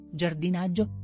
giardinaggio